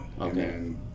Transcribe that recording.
Okay